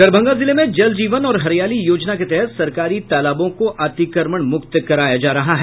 दरभंगा जिले में जल जीवन और हरियाली योजना के तहत सरकारी तालाबों को अतिक्रमण मुक्त कराया जा रहा है